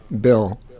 Bill